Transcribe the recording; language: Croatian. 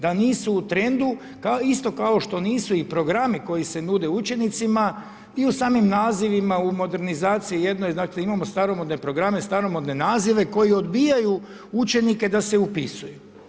Da nisu u trendu, isto kao što nisu i programi koji se nude učenicima i u samim nazivima u modernizaciji jednoj, znači imamo staromodne programe, staromodne nazive koji odbijaju učenike da se upisuju.